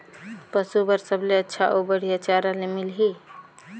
पशु बार सबले अच्छा अउ बढ़िया चारा ले मिलही?